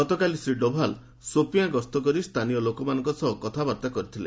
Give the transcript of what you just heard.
ଗତକାଲି ଶ୍ରୀ ଡୋଭାଲ ସୋପିଆଁ ଗସ୍ତ କରି ସ୍ଥାନୀୟ ଲୋକମାନଙ୍କ ସହ କଥାବାର୍ତ୍ତା କରିଥିଲେ